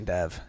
Dev